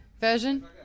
version